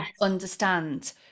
understand